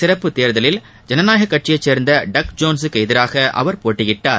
சிறப்பு தேர்தலில் ஜனநாயக கட்சியை சேர்ந்த டக் ஜோன்ஸ்க்கு எதிராக அவர் போட்டியிட்டார்